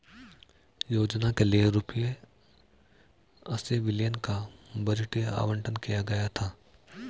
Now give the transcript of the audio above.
योजना के लिए रूपए अस्सी बिलियन का बजटीय आवंटन किया गया था